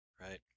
right